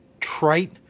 trite